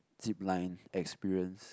zip line experience